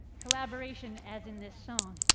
collaboration as in this song.